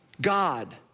God